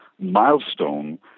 milestone